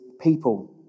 people